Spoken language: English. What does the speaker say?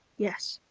yes,